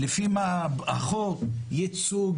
לפי החוק יצוא,